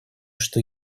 что